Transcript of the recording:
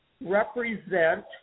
represent